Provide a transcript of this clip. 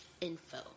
.info